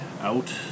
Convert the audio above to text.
out